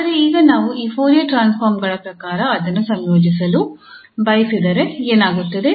ಆದರೆ ಈಗ ನಾವು ಈ ಫೋರಿಯರ್ ಟ್ರಾನ್ಸ್ಫಾರ್ಮ್ ಗಳ ಪ್ರಕಾರ ಅದನ್ನು ಸಂಯೋಜಿಸಲು ಬಯಸಿದರೆ ಏನಾಗುತ್ತದೆ